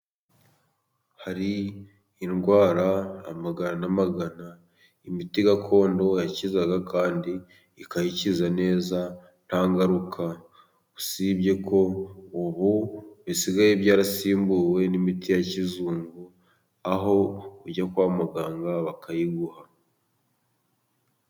Hari indwara amagana n'amagana， imiti gakondo yakizaga， kandi ikayikiza neza nta ngaruka. Usibye ko ubu bisigaye byarasimbuwe n'imiti ya kizungu，aho ujya kwa muganga bakayiguha.